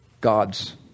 god's